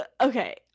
Okay